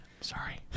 Sorry